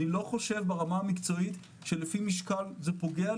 אני לא חושב ברמה המקצועית שלפי משקל זה פוגע.